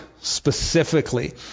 specifically